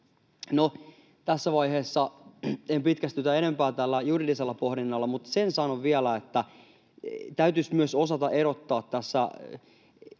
tässä vaiheessa en pitkästytä enempää tällä juridisella pohdinnalla, mutta sen sanon vielä, että täytyisi myös osata erottaa tässä